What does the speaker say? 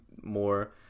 more